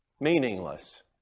meaningless